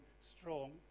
strong